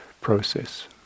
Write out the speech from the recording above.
process